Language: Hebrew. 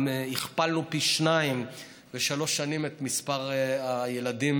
גם הכפלנו פי שניים בשלוש שנים את מספר הילדים,